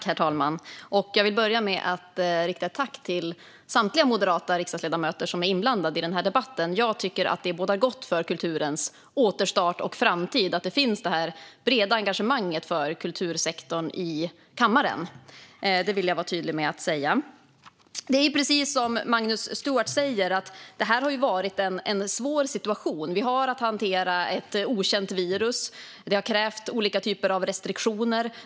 Herr talman! Jag vill börja med att rikta ett tack till samtliga moderata riksdagsledamöter som är inblandade i den här debatten. Jag tycker att det bådar gott för kulturens återstart och framtid att detta breda engagemang för kultursektorn finns i kammaren. Det vill jag vara tydlig med. Precis som Magnus Stuart säger har det varit en svår situation. Vi har att hantera ett okänt virus. Det har krävt olika typer av restriktioner.